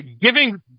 giving